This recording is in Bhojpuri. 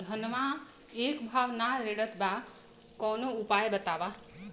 धनवा एक भाव ना रेड़त बा कवनो उपाय बतावा?